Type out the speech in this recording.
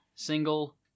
Single